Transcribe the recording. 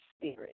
spirit